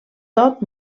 tot